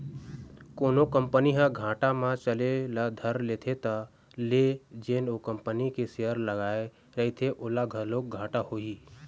कोनो कंपनी ह घाटा म चले ल धर लेथे त ले जेन ओ कंपनी के सेयर लगाए रहिथे ओला घलोक घाटा होही